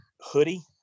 hoodie